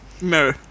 no